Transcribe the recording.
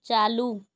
چالو